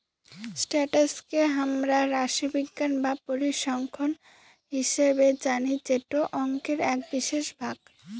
status কে হামরা রাশিবিজ্ঞান বা পরিসংখ্যান হিসেবে জানি যেটো অংকের এক বিশেষ ভাগ